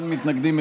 אין מתנגדים,